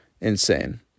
Insane